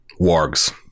Wargs